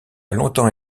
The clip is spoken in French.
longtemps